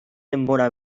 denbora